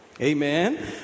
amen